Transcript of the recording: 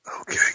Okay